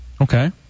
Okay